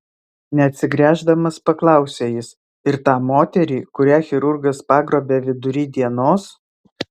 neatsigręždamas paklausė jis ir tą moterį kurią chirurgas pagrobė vidury dienos